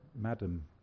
madam